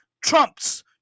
trumps